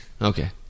Okay